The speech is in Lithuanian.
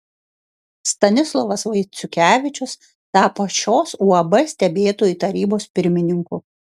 stanislovas vaiciukevičius tapo šios uab stebėtojų tarybos pirmininku